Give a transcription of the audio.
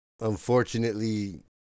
Unfortunately